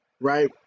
Right